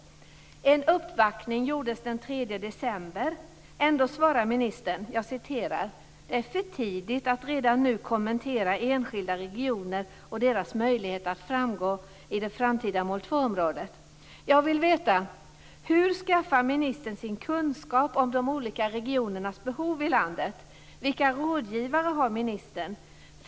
En uppvaktning gjordes den 3 december. Ändå svarar ministern: "Det är för tidigt att redan nu kommentera enskilda regioner och deras möjligheter att ingå i det framtida mål 2 Jag vill veta: Hur skaffar ministern sin kunskap om de olika regionernas behov i landet? Vilka rådgivare har ministern?